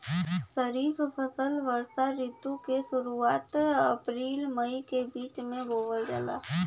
खरीफ फसल वषोॅ ऋतु के शुरुआत, अपृल मई के बीच में बोवल जाला